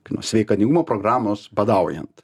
kinų sveikatingumo programos badaujant